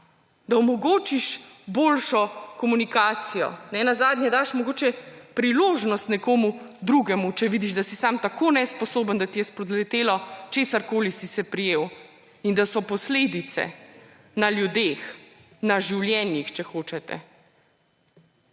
da omogočiš boljšo komunikacijo. Nenazadnje daš mogoče priložnost nekomu drugemu, če vidiš, da si sam tako nesposoben, da ti je spodletelo, česarkoli si se prijel, in da so posledice na ljudeh, na življenjih, če hočete.